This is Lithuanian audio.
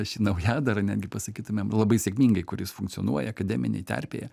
šį naujadarą netgi pasakytumėm labai sėkmingai kuris funkcionuoja akademinėj terpėje